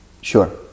sure